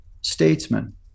statesman